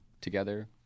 together